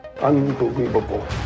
Unbelievable